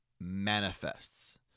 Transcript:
manifests